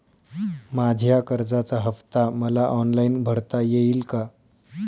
माझ्या कर्जाचा हफ्ता मला ऑनलाईन भरता येईल का?